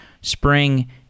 Spring